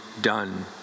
done